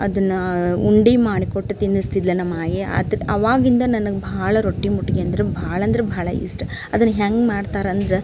ಅದನ್ನು ಉಂಡೆ ಮಾಡ್ಕೊಟ್ಟು ತಿನ್ನಿಸ್ತಿದ್ಲು ನಮ್ಮ ಆಯಿ ಅದು ಆವಾಗಿಂದ ನನಗೆ ಭಾಳ ರೊಟ್ಟಿ ಮುಟ್ಗಿ ಅಂದ್ರೆ ಭಾಳ ಅಂದ್ರೆ ಭಾಳ ಇಷ್ಟ ಅದನ್ನು ಹೇಗ್ ಮಾಡ್ತಾರಂದ್ರೆ